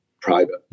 private